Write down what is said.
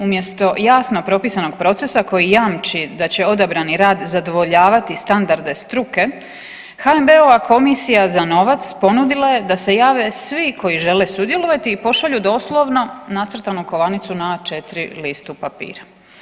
Umjesto jasno propisanog procesa koji jami da će odabrani rad zadovoljavati standarde struke HNB-ova komisija za novac ponudila je da se jave svi koji žele sudjelovati i pošalju doslovno nacrtanu kovanicu na A4 listu papira.